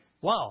Wow